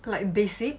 like basic